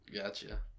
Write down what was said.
Gotcha